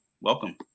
Welcome